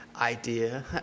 idea